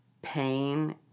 pain